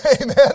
Amen